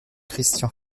christian